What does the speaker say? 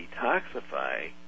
detoxify